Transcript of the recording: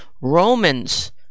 Romans